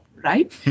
Right